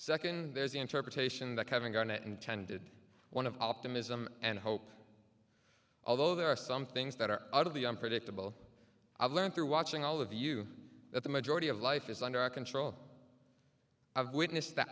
second there is the interpretation that kevin garnett intended one of optimism and hope although there are some things that are out of the unpredictable i've learned through watching all of you that the majority of life is under our control i've witnessed th